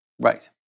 Right